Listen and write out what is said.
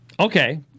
Okay